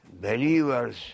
believers